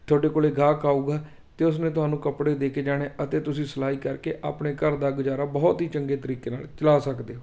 ਤੁਹਾਡੇ ਕੋਲ ਗਾਹਕ ਆਊਗਾ ਅਤੇ ਉਸ ਨੇ ਤੁਹਾਨੂੰ ਕੱਪੜੇ ਦੇ ਕੇ ਜਾਣੇ ਅਤੇ ਤੁਸੀਂ ਸਿਲਾਈ ਕਰਕੇ ਆਪਣੇ ਘਰ ਦਾ ਗੁਜ਼ਾਰਾ ਬਹੁਤ ਹੀ ਚੰਗੇ ਤਰੀਕੇ ਨਾਲ ਚਲਾ ਸਕਦੇ ਹੋ